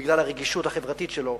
בגלל הרגישות החברתית שלו,